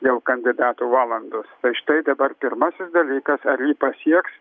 jau kandidato valandos tai štai dabar pirmasis dalykas ar pasieks